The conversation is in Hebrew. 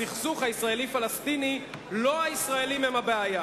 בסכסוך הישראלי-פלסטיני לא הישראלים הם הבעיה,